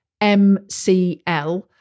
MCL